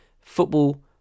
football